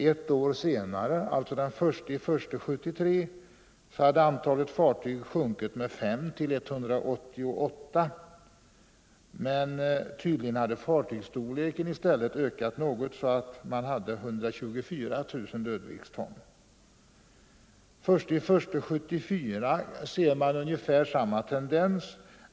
Ett år senare, alltså den 1 januari 1973, hade antalet fartyg sjunkit med 5 till 188, men tydligen hade fartygsstorleken i stället ökat något så att man hade 124 000 dödviktston. Den 1 januari 1974 ser vi ungefär samma tendens.